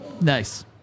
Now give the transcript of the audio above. Nice